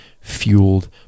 fueled